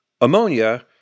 ammonia